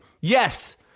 yes